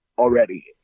Already